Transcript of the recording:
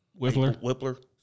Whipler